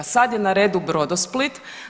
Sad je na redu Brodosplit.